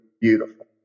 beautiful